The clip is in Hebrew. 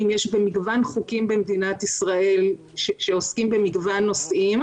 יש במגוון חוקים במדינת ישראל שעוסקים במגוון נושאים,